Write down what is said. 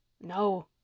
No